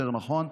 יותר נכון.